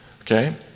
Okay